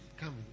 Come